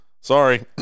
Sorry